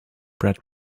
bred